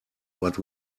but